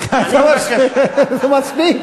לשר האוצר, זה מספיק.